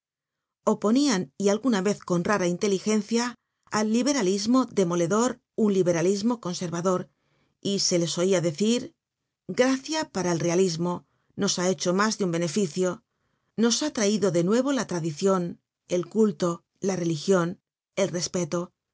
oponian y alguna vez con rara inteligencia al liberalismo demoledor un liberalismo conservador y se les oia decir gracia para el realismo nos ha hecho mas de un beneficio nos ha traido de nuevo la tradicion el culto la religion el respeto